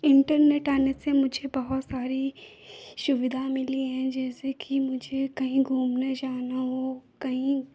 internet आने से मुझे बहुत सारी सुविधाएँ मिली हैं जैसे कि मुझे कहीं घूमने जाना हो कहीं